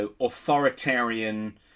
authoritarian